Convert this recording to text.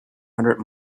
hundred